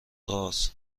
رآس